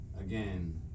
again